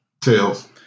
Tails